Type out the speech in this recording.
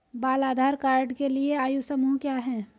बाल आधार कार्ड के लिए आयु समूह क्या है?